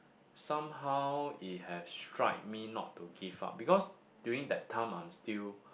somehow it has strike me not to give up because during that time I'm still